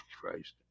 Christ